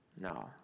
No